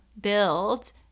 build